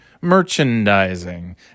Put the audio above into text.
merchandising